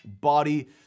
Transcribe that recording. body